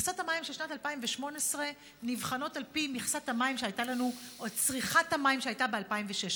מכסות המים של שנת 2018 נבחנות על פי צריכת המים שהייתה ב-2016,